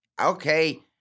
okay